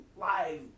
live